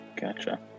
gotcha